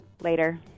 Later